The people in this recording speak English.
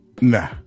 Nah